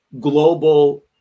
global